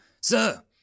Sir